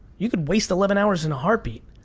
you could waste eleven hours in a heartbeat.